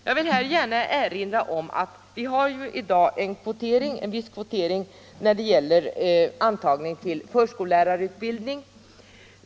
Jag vill här gärna erinra om att vi i dag har en viss kvotering när det gäller antagning till förskollärarutbildning.